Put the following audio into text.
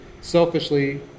selfishly